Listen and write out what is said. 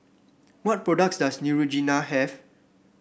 what products does Neutrogena have